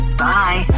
bye